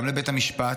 גם לבית המשפט,